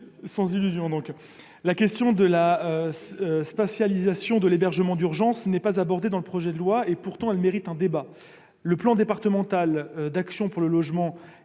sans illusions, en effet. La question de la spatialisation de l'hébergement d'urgence n'est pas abordée dans le projet de loi. Pourtant, elle mérite un débat. Le plan départemental d'action pour le logement et